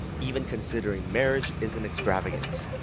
even considering marriage is an extravagance.